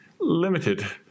limited